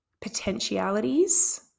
potentialities